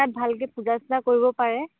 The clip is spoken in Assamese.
তাত ভালকে পূজা চূজা কৰিব পাৰে